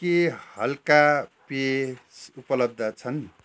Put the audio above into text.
के हलका पेय उपलब्ध छन्